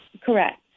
Correct